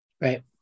Right